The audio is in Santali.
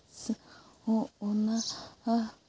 ᱦᱚᱸ ᱚᱱᱟ